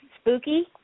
Spooky